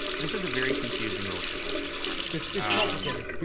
this is a very confusing motion, alderman mar. it's complicated.